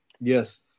Yes